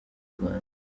rwanda